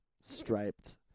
striped